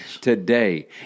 today